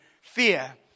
Fear